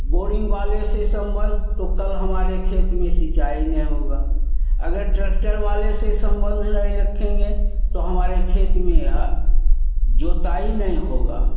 boring वाले से संबंध तो कल हमारे खेत में सिंचाई नहीं होगा अगर ट्रैक्टर वाले से संबंध नहीं रखेंगे तो हमारे खेत में जोताई नहीं होगा